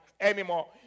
anymore